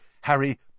Harry